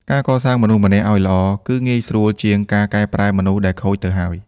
ការកសាងមនុស្សម្នាក់ឱ្យល្អ គឺងាយស្រួលជាងការកែប្រែមនុស្សដែលខូចទៅហើយ។